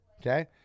Okay